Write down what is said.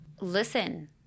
Listen